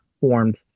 formed